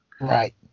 Right